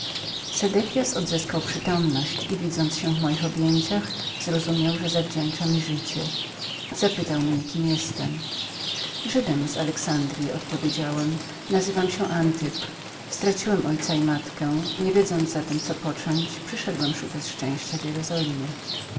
chwili sedekias odzyskał przytomność i widząc się w moich objęciach zrozumiał że winien mi był życie zapytał mnie kim byłem żydem z alexandryi odpowiedziałem nazywam się antyp nie mam ani ojca ani matki nie wiedząc zatem co począć przyszedłem szukać szczęścia w jerozolimie